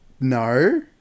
no